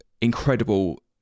incredible